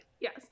Yes